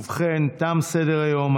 ובכן, תם סדר-היום.